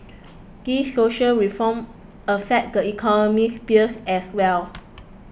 these social reforms affect the economic sphere as well